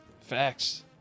Facts